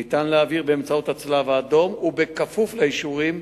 ניתן להעביר באמצעות הצלב-האדום ובכפוף לאישורים,